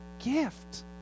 gift